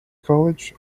college